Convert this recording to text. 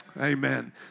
Amen